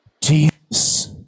Jesus